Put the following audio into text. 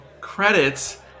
credits